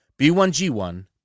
B1G1